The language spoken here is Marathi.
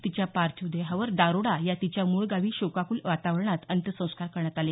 तिच्या पार्थीव देहावर दारोडा या तिच्या मूळ गावी शोकाकूल वातावरणात अंत्यसंस्कार करण्यात आले